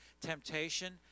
temptation